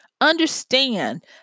understand